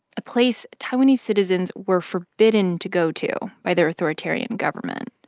a place taiwanese citizens were forbidden to go to by their authoritarian government.